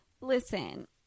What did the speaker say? listen